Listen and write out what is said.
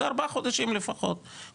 זה לוקח כארבעה חודשים לפחות במצב הטוב,